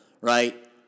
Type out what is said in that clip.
right